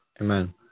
Amen